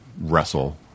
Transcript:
wrestle